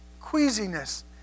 queasiness